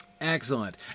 Excellent